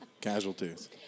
Casualties